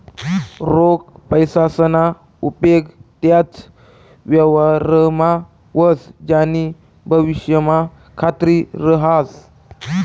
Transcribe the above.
रोख पैसासना उपेग त्याच व्यवहारमा व्हस ज्यानी भविष्यमा खात्री रहास